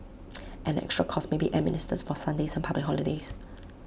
an extra cost may be administered for Sundays and public holidays